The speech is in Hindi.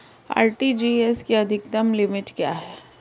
आर.टी.जी.एस की अधिकतम लिमिट क्या है?